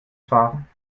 fahren